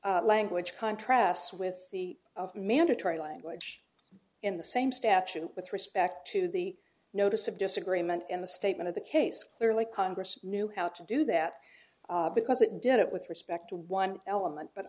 that language contrasts with the mandatory language in the same statute with respect to the notice of disagreement in the statement of the case clearly congress knew how to do that because it did it with respect to one element but